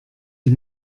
die